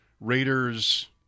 Raiders